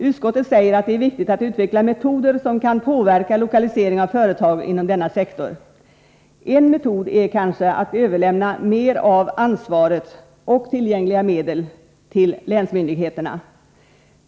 Utskottet säger att det är viktigt att utveckla metoder som kan påverka lokalisering av företag inom denna sektor. En metod är kanske att överlämna mer av ansvaret — och tillgängliga medel — till länsmyndigheterna.